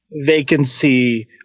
Vacancy